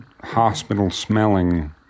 hospital-smelling